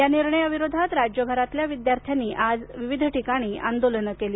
या निर्णयाविरोधात राज्यभरातल्या विद्यार्थ्यांनी आज विविध ठिकाणी आंदोलनं केली